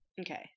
Okay